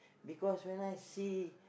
because when I see